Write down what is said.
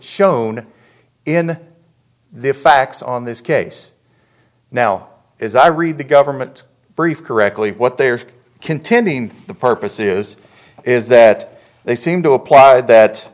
shown in the facts on this case now is i read the government brief correctly what they are contending the purpose is is that they seem to apply that